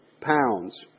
pounds